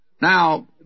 Now